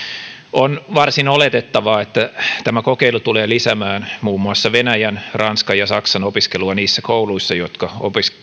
on varsin oletettavaa että tämä kokeilu tulee lisäämään muun muassa venäjän ranskan ja saksan opiskelua niissä kouluissa jotka